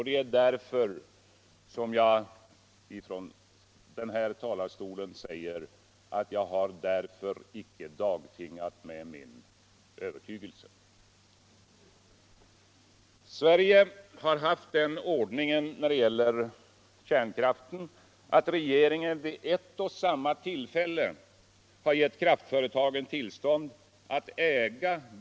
Det är därför som jag från denna talarstol siger att jag icke har dagtingat med min övertygelse. Sverige har halft den ordningen när det gäller kärnkraften att regeringen Allmänpolitisk debatt Allmänpolitisk debatt vid ett och samma tillfälle geu kraftföretagen tillstånd att äga.